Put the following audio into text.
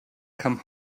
come